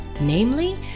Namely